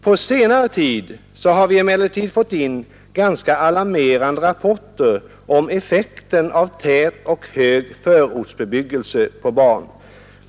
På senare tid har vi emellertid fått in ganska alarmerande rapporter om effekten av tät och hög förortsbebyggelse på barn.